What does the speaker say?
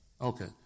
Okay